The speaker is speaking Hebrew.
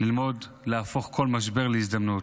ללמוד להפוך כל משבר להזדמנות.